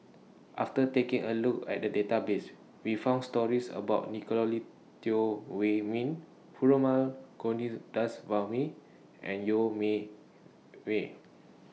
after taking A Look At The Database We found stories about Nicolette Teo Wei Min Perumal Govindaswamy and Yeo Me Wei